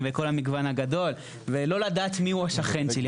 לא מבין את הקטע של ועדות קבלה ולא מבין את הקטע הזה של ישובים.